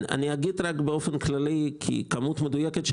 אגיד באופן כללי כי הכמות המדויקת של